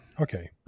Okay